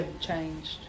changed